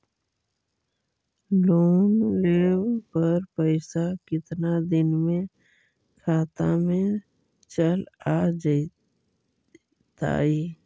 Loan लेब पर पैसा कितना दिन में खाता में चल आ जैताई?